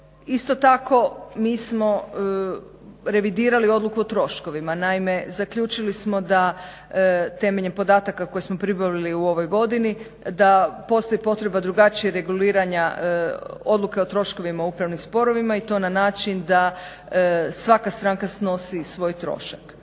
Isto tako mi smo revidirali odluku o troškovima. Naime zaključili smo da temeljem podataka koje smo pribavili u ovoj godini da postoji potreba drugačijeg reguliranja odluke o troškovima u upravnim sporovima i to na način da svaka stranka snosi svoj trošak.